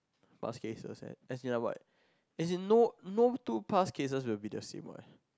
past cases eh as in like what as in no no two past cases will be the same what